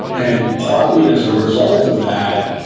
and party as a result of that,